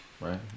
Right